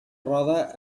roda